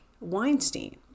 Weinstein